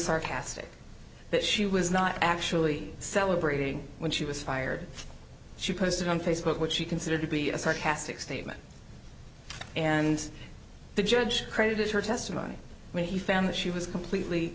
sarcastic that she was not actually celebrating when she was fired she posted on facebook what she considered to be a sarcastic statement and the judge credited her testimony when he found that she was completely